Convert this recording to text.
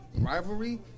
rivalry